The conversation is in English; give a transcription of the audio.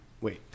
Wait